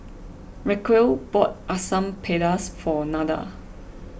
Racquel bought Asam Pedas for Nada